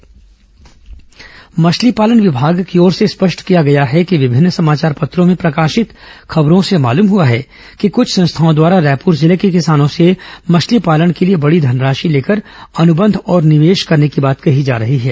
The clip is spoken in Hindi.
मत्स्य पालन सावधान मछली पालन विभाग की ओर से स्पष्ट किया गया है कि विभिन्न समाचार पत्रों में प्रकाशित खबरों से मालूम हुआ है कि कुछ संस्थाओं द्वारा रायपुर जिले के किसानों से मछली पालन के लिए बड़ी धनराशि लेकर अनुबंध और निवेश करने की बात कही जा रही है